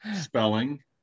spelling